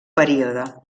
període